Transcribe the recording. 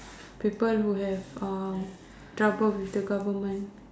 people who have uh trouble with the government